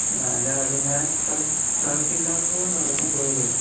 അല്ല അത് ഞാൻ സല സ്ഥലത്തില്ലാത്തത് കൊണ്ടാണ് പറ്റിപോയത്